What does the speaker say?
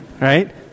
Right